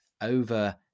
over